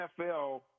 NFL